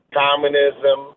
communism